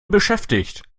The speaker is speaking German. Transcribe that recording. beschäftigt